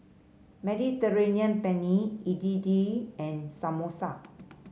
Mediterranean Penne Idili and Samosa